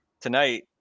tonight